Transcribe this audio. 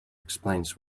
explains